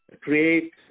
create